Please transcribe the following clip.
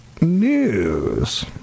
news